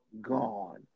gone